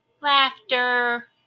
Laughter